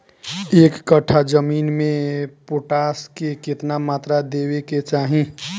एक कट्ठा जमीन में पोटास के केतना मात्रा देवे के चाही?